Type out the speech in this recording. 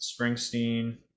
Springsteen